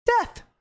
Death